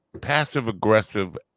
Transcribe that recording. passive-aggressive